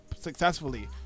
successfully